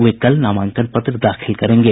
वे कल नामांकन पत्र दाखिल करेंगे